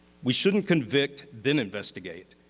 we shouldn't convict, then investigate.